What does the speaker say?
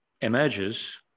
emerges